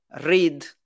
read